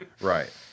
Right